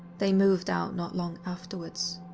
they moved out not long afterwards.